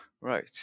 Right